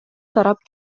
тарап